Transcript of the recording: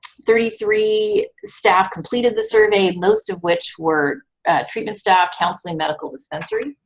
thirty three staff completed the survey, most of which were treatment staff, counseling, medical dispensary.